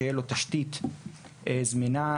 שתהיה לו תשתית זמינה,